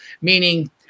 meaning